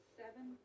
seven